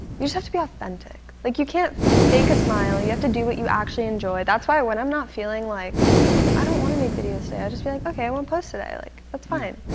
you just have to be authentic. like you can't fake a smile. you have to do what you actually enjoy. that's why, when i'm not feeling like i don't wanna make videos today, i'll just be like, okay, i won't post today. like that's fine.